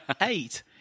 eight